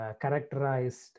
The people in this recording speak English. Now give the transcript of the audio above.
characterized